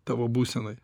tavo būsenoje